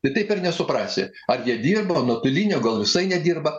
tai taip ir nesuprasi ar jie dirba nuotoliniu o gal visai nedirba